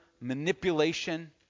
manipulation